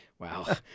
Wow